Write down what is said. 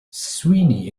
sweeney